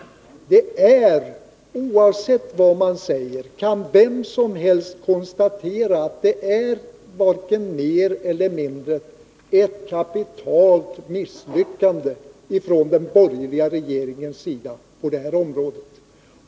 Oavsett vad man säger kan vem som helst konstatera att man på det här området fått ett kapitalt misslyckande, varken mer eller mindre, från den borgerliga regeringens sida.